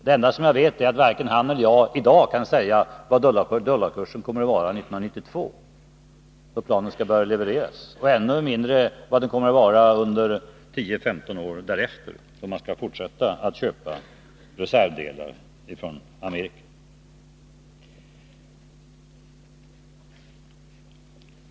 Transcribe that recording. Det enda jag vet är att varken han eller jag i dag kan säga vad dollarkursen kommer att vara 1992, då planen skall börja levereras, och ännu mindre vad den kommer att vara under 10-15 år därefter, om man skall fortsätta att köpa komponenter från Amerika.